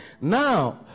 Now